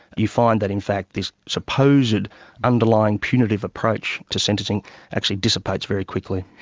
you find that in fact this supposed underlying punitive approach to sentencing actually dissipates very quickly.